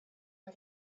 how